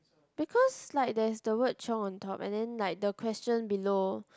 because like there's the word chiong on top and then like the question below